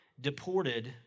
deported